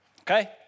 okay